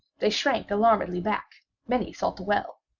they shrank alarmedly back many sought the well.